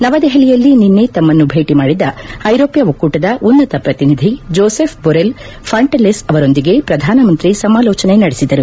ನವ ದೆಹಲಿಯಲ್ಲಿ ನಿನ್ನೆ ತಮ್ಮನ್ನು ಭೇಟಿ ಮಾಡಿದ ಐರೋಪ್ಯ ಒಕ್ಕೂಟದ ಉನ್ನತ ಪ್ರತಿನಿಧಿ ಜೋಸೆಫ್ ಬೊರೆಲ್ ಫಾಂಟೆಲ್ಲೆಸ್ ಅವರೊಂದಿಗೆ ಪ್ರಧಾನಮಂತ್ರಿ ಸಮಾಲೋಚನೆ ನಡೆಸಿದರು